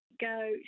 Go